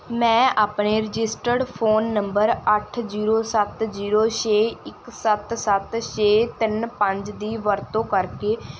ਮੈਂ ਆਪਣੇ registered phone number ਅੱਠ ਜ਼ੀਰੋ ਸੱਤ ਜ਼ੀਰੋ ਛੇ ਇੱਕ ਸੱਤ ਸੱਤ ਛੇ ਤਿੰਨ ਪੰਜ ਦੀ ਵਰਤੋਂ ਕਰਕੇ